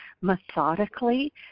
methodically